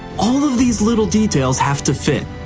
all of these little details have to fit,